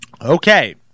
Okay